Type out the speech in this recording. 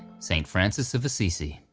saint francis of assisi.